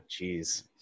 Jeez